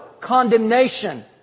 condemnation